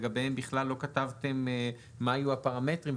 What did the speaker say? שלגביהם לא כתבתם בכלל מה יהיו הפרמטרים,